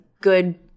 good